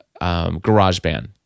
GarageBand